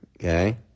okay